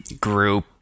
group